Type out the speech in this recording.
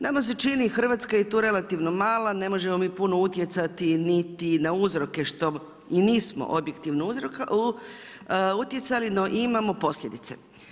Nama se čini Hrvatska je tu relativno mala, ne možemo mi puno utjecati niti na uzroke što i nismo objektivno utjecali, no imamo posljedice.